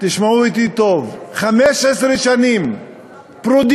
תשמעו אותי טוב, 15 שנים פרודים.